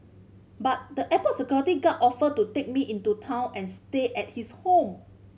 but the airport security guard offered to take me into town and stay at his home